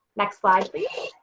next slide please.